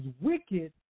wicked